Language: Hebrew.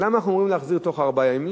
ולמה אנחנו אומרים להחזיר תוך ארבעה ימים?